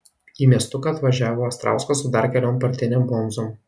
į miestuką atvažiavo astrauskas su dar keliom partinėm bonzom